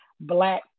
Black